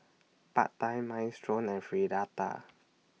Pad Thai Minestrone and Fritada